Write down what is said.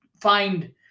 find